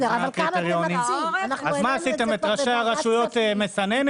אז עשיתם את ראשי הרשויות מסננת?